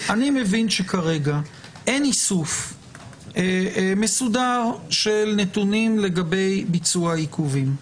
אני מבין שכרגע אין איסוף מסודר של נתונים לגבי ביצוע העיכובים,